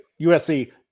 usc